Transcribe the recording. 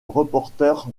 reporters